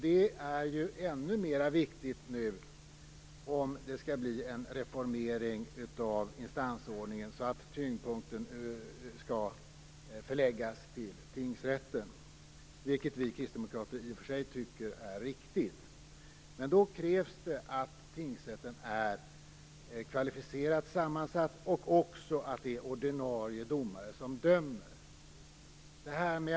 Det är ju ännu mera viktigt nu, om det skall bli en reformering av instansordningen, så att tyngdpunkten förläggs till tingsrätten. Vi kristdemokrater tycker i och för sig att det är riktigt. Men då krävs det att tingsrätten är kvalificerat sammansatt och att ordinarie domare dömer.